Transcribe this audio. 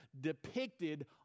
depicted